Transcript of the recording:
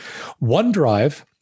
OneDrive